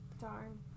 Darn